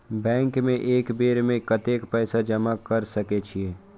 Bank में एक बेर में कतेक पैसा जमा कर सके छीये?